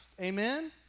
Amen